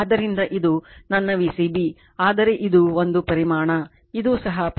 ಆದ್ದರಿಂದ ಇದು ನನ್ನ V c b ಆದರೆ ಇದು ಒಂದು ಪರಿಮಾಣ ಇದು ಸಹ ಪರಿಮಾಣವಾಗಿದೆ